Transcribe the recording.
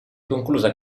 conclusa